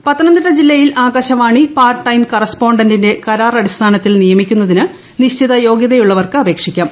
അറിയിപ്പ് പത്തനംതിട്ട ജില്ലയിൽ Akashvani part time കറസ്പോണ്ടന്റിനെ കരാർ അടിസ്ഥാനത്തിൽ നിയമിക്കുന്നതിന് നിശ്ചിത യോഗ്യതയുള്ളവർക്ക് അപേക്ഷിക്കാം